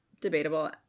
debatable